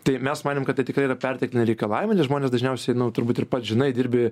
tai mes manėm kad tai tikrai yra pertekliniai reikalavimai nes žmonės dažniausiai nu turbūt ir pats žinai dirbi